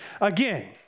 again